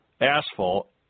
asphalt